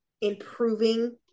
improving